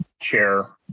Chair